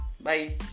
Bye